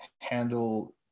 handle